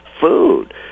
food